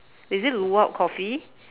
is it luwak coffee